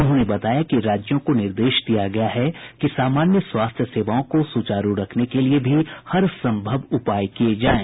उन्होंने बताया कि राज्यों को निर्देश दिया गया है कि सामान्य स्वास्थ्य सेवाओं को सुचारू रखने के लिए भी हर संभव उपाय किये जायें